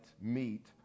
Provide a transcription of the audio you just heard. meet